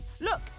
Look